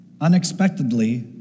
unexpectedly